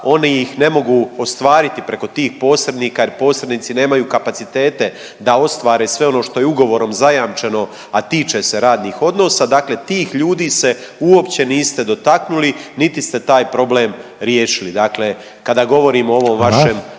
oni ih ne mogu ostvariti preko tih posrednika jer posrednici nemaju kapacitete da ostvare sve ono što je ugovorom zajamčeno, a tiče se radnih odnosa, dakle tih ljudi se uopće niste dotaknuli niti ste taj problem riješili dakle kada govorimo o ovom vašem